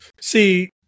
see